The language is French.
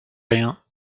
rien